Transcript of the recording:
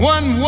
One